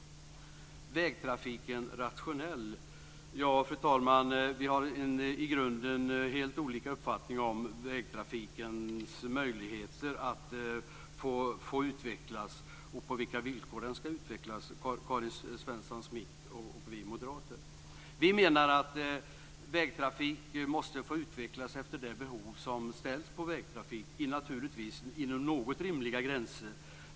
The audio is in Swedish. Svensson Smith och vi moderater har i grunden helt olika uppfattningar om vägtrafikens möjligheter och villkor för att utvecklas. Vi menar att vägtrafik måste få utvecklas efter de behov som ställs på vägtrafik men naturligtvis inom rimliga gränser.